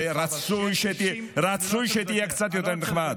ורצוי שתהיה קצת יותר נחמד.